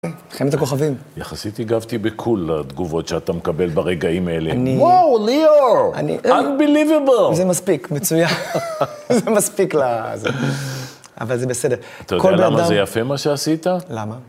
חיים את הכוכבים. יחסית הגבתי בקול לתגובות שאתה מקבל ברגעים אלה. וואו, ליאור! אני... אונביליביבבל! זה מספיק, מצויין. זה מספיק לזה. אבל זה בסדר. אתה יודע למה זה יפה מה שעשית? למה?